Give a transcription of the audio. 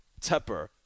Tepper